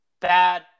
bad